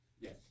Yes